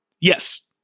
Yes